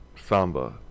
samba